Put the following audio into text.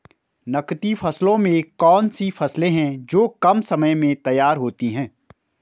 नकदी फसलों में कौन सी फसलें है जो कम समय में तैयार होती हैं?